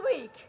week